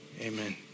amen